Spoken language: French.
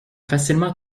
facilement